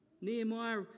Nehemiah